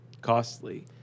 costly